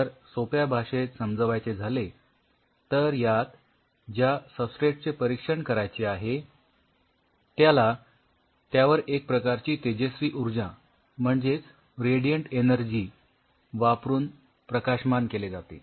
तर सोप्या भाषेत समजवायचे झाले तर यात ज्या सबस्ट्रेट चे परीक्षण करायचे आहे त्याला त्यावर एक प्रकारची तेजस्वी ऊर्जा म्हणेजच रॅडीएन्ट एनर्जी वापरून प्रकाशमान केले जाते